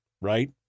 Right